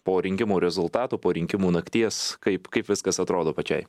po rinkimų rezultatų po rinkimų nakties kaip kaip viskas atrodo pačiai